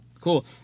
cool